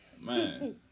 Man